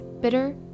bitter